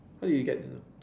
how do you get to